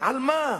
על מה?